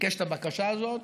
ביקש את הבקשה הזאת